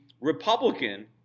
Republican